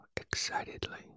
excitedly